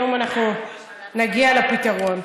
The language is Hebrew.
היום אנחנו נגיע לפתרון.